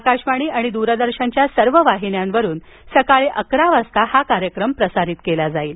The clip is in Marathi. आकाशवाणी आणि दूरदर्शनच्या सर्व वाहिन्यांवरून रविवारी सकाळी अकरा वाजता हा कार्यक्रम प्रसारित केला जाईल